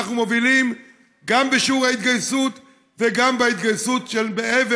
אנחנו מובילים גם בשיעור ההתגייסות וגם בהתגייסות של מעבר,